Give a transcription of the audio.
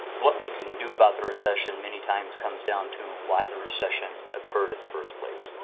what we can do about the recession many times comes down to why the recession occurred in the first place.